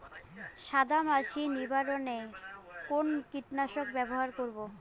সাদা মাছি নিবারণ এ কোন কীটনাশক ব্যবহার করব?